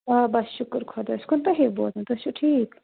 آ بَس شُکُر خۄدایَس کُن تۄہے بوزنٲیِو تُہۍ چھِو ٹھیٖک